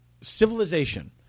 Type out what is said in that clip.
civilization